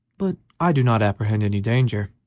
but i do not apprehend any danger.